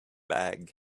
bag